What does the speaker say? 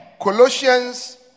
Colossians